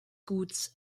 guts